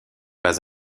pas